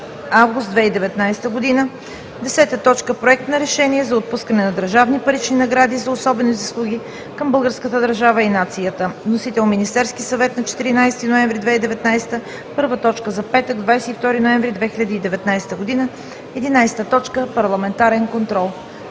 август 2019 г. 9. Проект на решение за отпускане на държавни парични награди за особени заслуги към българската държава и нацията. Вносител е Министерският съвет, 4 ноември 2019 г. – точка първа за петък, 22 ноември 2019 г. 11. Парламентарен контрол.“